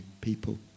people